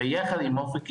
ביחד עם אופק ישראלי.